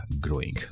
growing